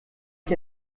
ich